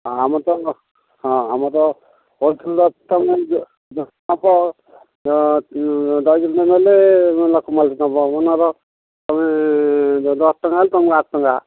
ହଁ ଆମର ତ ହଁ ଆମର ତ ହୋଲସେଲ ନଖପାଲିଶ ନେବ ମନେକର ଦଶ ଟଙ୍କା ହେଲେ ତୁମକୁ ଆଠ ଟଙ୍କା